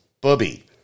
booby